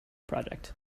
project